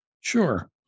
Sure